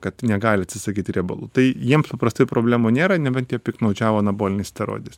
kad negali atsisakyti riebalų tai jiem paprastai problemų nėra nebent jie piktnaudžiavo anaboliniais steroidais